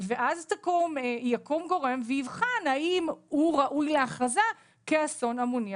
אז יקום גורם ויבחן האם האירוע ראוי להכרזה כאסון המוני.